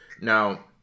now